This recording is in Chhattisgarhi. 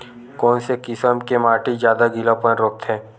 कोन से किसम के माटी ज्यादा गीलापन रोकथे?